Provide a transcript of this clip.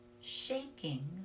shaking